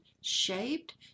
shaped